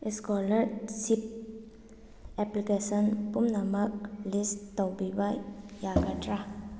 scholarship application ꯄꯨꯝꯅꯃꯛ list ꯇꯧꯕꯤꯕ ꯌꯥꯒꯗ꯭ꯔꯥ